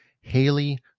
Haley